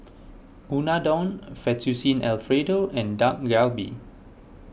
Unadon Fettuccine Alfredo and Dak Galbi